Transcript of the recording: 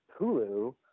Hulu